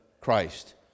Christ